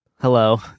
Hello